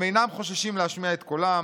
הם אינם חוששים להשמיע את קולם,